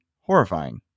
horrifying